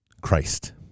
Christ